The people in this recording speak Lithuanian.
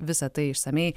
visa tai išsamiai